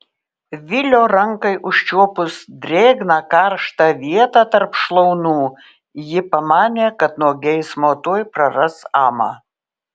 vilio rankai užčiuopus drėgną karštą vietą tarp šlaunų ji pamanė kad nuo geismo tuoj praras amą